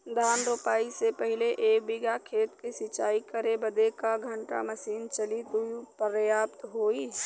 धान रोपाई से पहिले एक बिघा खेत के सिंचाई करे बदे क घंटा मशीन चली तू पर्याप्त होई?